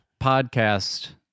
Podcast